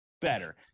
better